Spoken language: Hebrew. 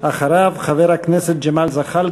תבטל את התוכנית הזאת,